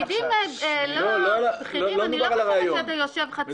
אבל בתפקידים בכירים אני לא חושבת שאתה יושב חצי שעה.